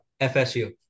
FSU